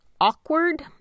awkward